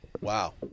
Wow